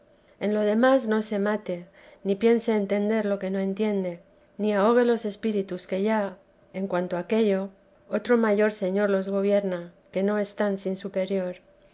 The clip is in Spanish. en lo demás no meta ni piense entender lo que no entiende ni ahogue los espíritus que ya cuanto en aquello otro mayor señor los gobierna que no están sin superior